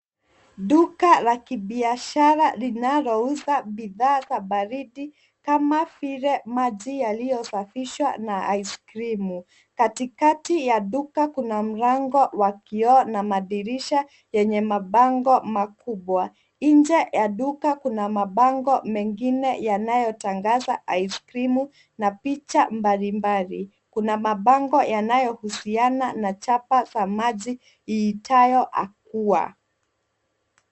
Duka la kibiashara linalouza bidhaa za baridi kama vile maji yaliyosafishwa na ice creamu . Katikati ya duka kuna mlango wa kioo na madirisha yenye mabango makubwa. Nje ya duka kuna mabango mengine yanayotangaza ice creamu na picha mbalimbali. Kuna mabango yanayohusiana na chapa za maji iitwayo Aqua.